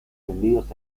tendidos